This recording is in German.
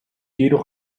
jedoch